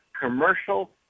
commercial